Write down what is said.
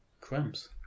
Cramps